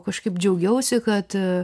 kažkaip džiaugiausi kad